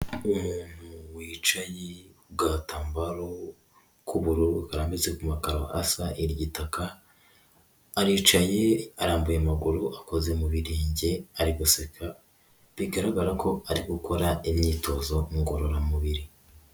Umuntu wicaye ku gatambaro k'ubururu karambitse ku makaro asa igitaka, aricaye arambuye amaguru, akoze mu birenge ari guseka, bigaragara ko ari gukora imyitozo ngororamubiri.